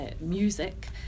music